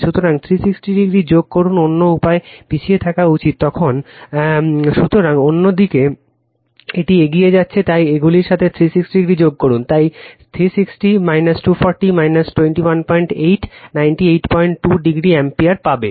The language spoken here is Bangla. সুতরাং 360o যোগ করুন অন্য উপায়ে পিছিয়ে থাকা উচিত তখন রেফার করুন সময় 250 সুতরাং অন্যভাবে এটি এগিয়ে যাচ্ছে তাই এইগুলির সাথে 360o যোগ করুন তাই 360 240 218 982o অ্যাম্পিয়ার পাবে